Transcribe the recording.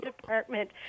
department